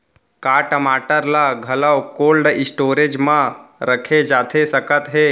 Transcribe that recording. का टमाटर ला घलव कोल्ड स्टोरेज मा रखे जाथे सकत हे?